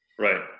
right